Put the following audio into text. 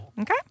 Okay